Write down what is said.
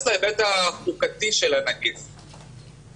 בפרק הזמן שאתם דורשים מהממשלה להגיש לכם את זה,